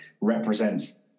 represents